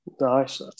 nice